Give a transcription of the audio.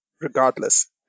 regardless